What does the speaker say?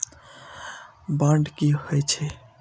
Bond की होई छै?